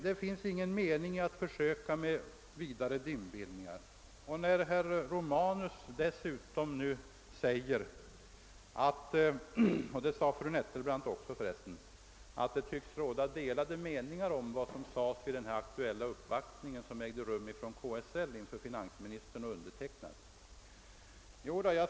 Det är meningslöst att försöka lägga ut flera dimridåer. Dessutom sade herr Romanus — och det gjorde för övrigt fru Nettelbrandt också — att det tycks råda delade meningar om vad som sades vid den aktuella uppvaktningen av KSL inför finansministern och mig.